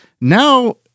Now